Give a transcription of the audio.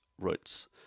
roots